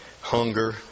hunger